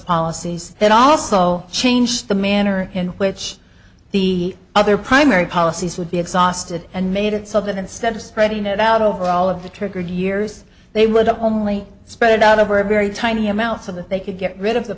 policies that also change the manner in which the other primary policies would be exhausted and made it so that instead of spreading it out over all of the triggered years they would only spread out over a very tiny amounts of that they could get rid of the